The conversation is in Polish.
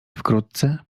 wkrótce